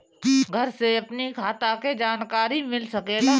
घर से अपनी खाता के जानकारी मिल सकेला?